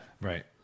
Right